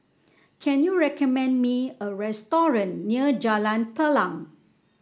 can you recommend me a restaurant near Jalan Telang